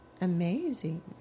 amazing